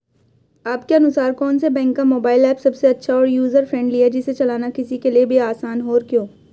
आपके अनुसार कौन से बैंक का मोबाइल ऐप सबसे अच्छा और यूजर फ्रेंडली है जिसे चलाना किसी के लिए भी आसान हो और क्यों?